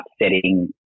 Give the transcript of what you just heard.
upsetting